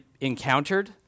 encountered